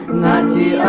ninety